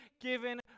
given